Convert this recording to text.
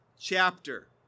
chapter